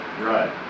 right